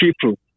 people